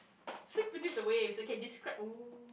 sink beneath the waves okay describe !ooh!